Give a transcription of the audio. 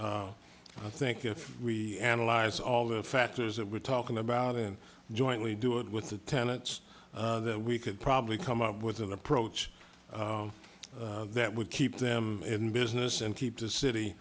but i think if we analyze all the factors that we're talking about and jointly do it with the tenets that we could probably come up with an approach that would keep them in business and keep the city